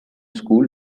school